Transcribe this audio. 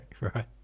Right